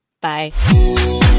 Bye